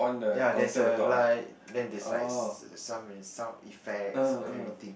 ya there's a light then there's like s~ sound sound effects and everything